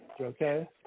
okay